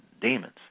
demons